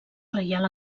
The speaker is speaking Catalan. reial